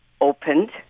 opened